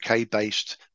UK-based